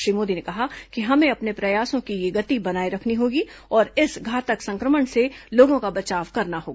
श्री मोदी ने कहा कि हमें अपने प्रयासों की यह गति बनाये रखनी होगी और इस घातक संक्रमण से लोगों का बचाव करना होगा